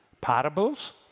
Parables